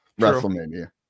WrestleMania